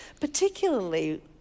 particularly